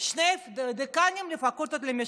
שני דיקנים של פקולטות למשפטים,